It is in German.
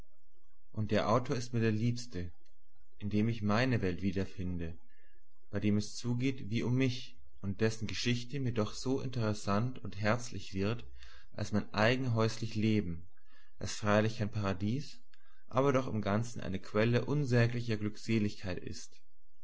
und der autor ist mir der liebste in dem ich meine welt wiederfinde bei dem es zugeht wie um mich und dessen geschichte mir doch so interessant und herzlich wird als mein eigen häuslich leben das freilich kein paradies aber doch im ganzen eine quelle unsäglicher glückseligkeit ist